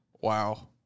Wow